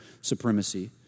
supremacy